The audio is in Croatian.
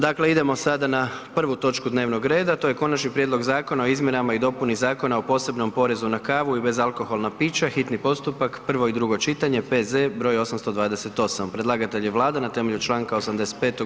Dakle, idemo sada na prvu točku dnevnog reda to je: - Konačni prijedlog Zakona o izmjenama i dopuni Zakona o posebnom porezu na kavu i bezalkoholna pića, hitni postupak, prvo i drugo čitanje, P.Z. broj 828 Predlagatelj je Vlada na temelju članka 85.